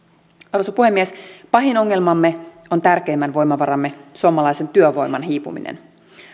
arvoisa puhemies pahin ongelmamme on tärkeimmän voimavaramme suomalaisen työvoiman hiipuminen